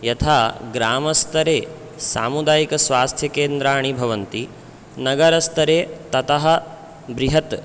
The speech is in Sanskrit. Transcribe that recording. यथा ग्रामस्तरे सामुदायिकस्वास्थ्यकेन्द्राणि भवन्ति नगरस्तरे ततः बृहत्